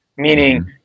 Meaning